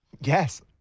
Yes